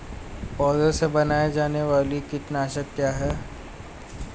पौधों से बनाई जाने वाली कीटनाशक क्या है?